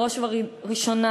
בראש ובראשונה,